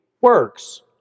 works